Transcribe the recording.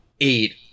eight